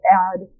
add